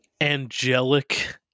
angelic